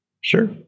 Sure